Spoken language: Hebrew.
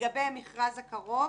לגבי המכרז הקרוב,